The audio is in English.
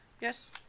Yes